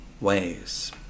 ways